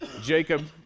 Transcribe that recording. Jacob